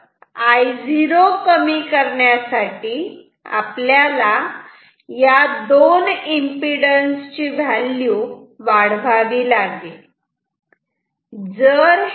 तर I0 कमी करण्यासाठी आपल्याला या दोन एम्पिडन्स ची व्हॅल्यू वाढवावी लागेल